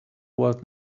was